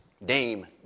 name